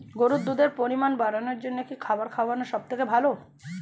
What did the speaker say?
গরুর দুধের পরিমাণ বাড়ানোর জন্য কি খাবার খাওয়ানো সবথেকে ভালো?